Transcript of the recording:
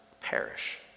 perish